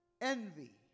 envy